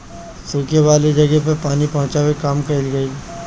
सुखा वाला जगह पे पानी पहुचावे के काम कइल गइल